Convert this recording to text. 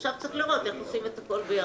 עכשיו צריך לראות איך עושים הכול יחד.